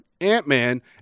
ant-man